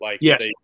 Yes